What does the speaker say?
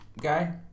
guy